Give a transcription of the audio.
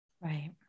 Right